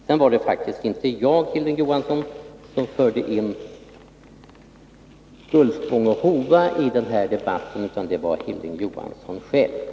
Sedan var det faktiskt inte jag som förde in Gullspång och Hova i den här debatten, utan det var Hilding Johansson själv.